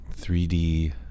3D